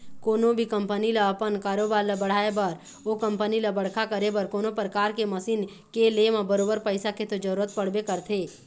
कोनो भी कंपनी ल अपन कारोबार ल बढ़ाय बर ओ कंपनी ल बड़का करे बर कोनो परकार के मसीन के ले म बरोबर पइसा के तो जरुरत पड़बे करथे